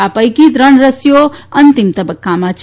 આ પૈકી ત્રણ રસીઓ અંતિમ તબક્કામાં છે